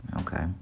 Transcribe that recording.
Okay